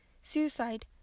suicide